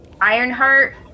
ironheart